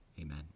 Amen